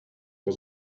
for